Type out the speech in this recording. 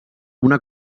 una